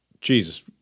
Jesus